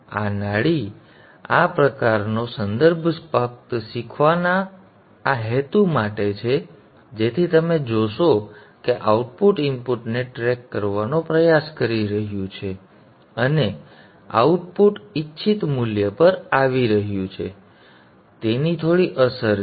આ નાડી આ પ્રકારનો સંદર્ભ ફક્ત શીખવાના આ હેતુ માટે છે જેથી તમે જોશો કે આઉટપુટ ઇનપુટને ટ્રેક કરવાનો પ્રયાસ કરી રહ્યું છે અને આઉટપુટ ઇચ્છિત મૂલ્ય પર આવી રહ્યું છે તેની થોડી અસર છે